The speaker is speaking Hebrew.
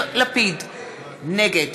נגד